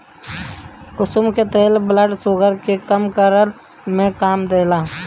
कुसुम के तेल blood sugar के कम करे में काम देला